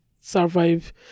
survive